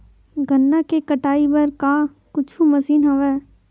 गन्ना के कटाई बर का कुछु मशीन हवय?